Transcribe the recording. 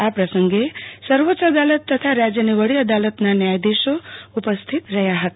આ પ્રસંગે સર્વોચ્ય અદાલત તથા રાજ્યની વડી અદાલતના ન્યાયાધીશો ઉપસ્થિત રહ્યાં હતા